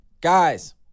Guys